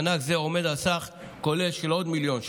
מענק זה עומד על סך כולל של עוד מיליון ש"ח.